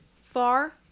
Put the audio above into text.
Far